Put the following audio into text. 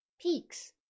Peaks